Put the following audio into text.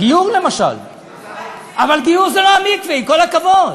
גיור למשל, אבל גיור זה לא המקווה, עם כל הכבוד.